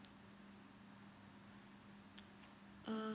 mm